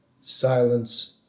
silence